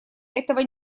этого